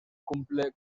cumple